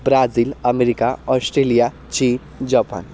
Brazil America Australia China Japan